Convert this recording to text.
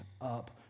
up